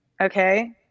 Okay